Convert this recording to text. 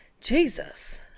jesus